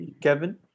Kevin